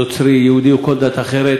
נוצרי, יהודי או של כל דת אחרת.